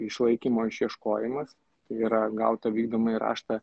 išlaikymo išieškojimas yra gautą vykdomąjį raštą